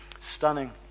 stunning